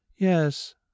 Yes